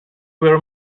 very